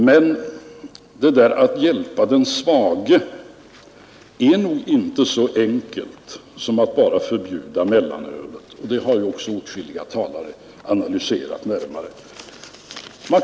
Men problemet att hjälpa den svage löses nog inte så enkelt som genom att bara förbjuda mellanölet, och det spörsmålet har också närmare analyserats av åtskilliga talare.